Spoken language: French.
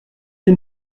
une